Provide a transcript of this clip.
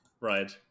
right